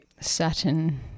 Saturn